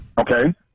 Okay